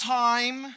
time